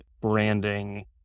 branding